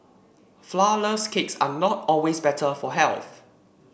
flour less cakes are not always better for health